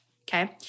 okay